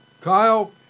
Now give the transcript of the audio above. Kyle